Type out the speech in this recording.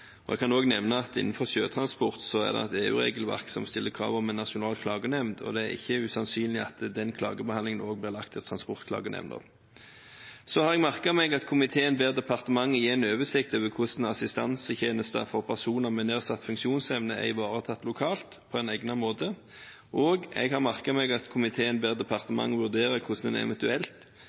ordningen. Jeg kan òg nevne at det innenfor sjøtransport er et EU-regelverk som stiller krav om en nasjonal klagenemnd, og det er ikke usannsynlig at den klagebehandlingen òg blir lagt til Transportklagenemnda. Jeg har merket meg at komiteen ber departementet gi en oversikt over hvilke assistansetjenester for personer med nedsatt funksjonsevne som er ivaretatt lokalt på en egnet måte, og jeg har merket meg at komiteen ber departementet vurdere hvordan en eventuelt